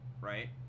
Right